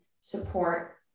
support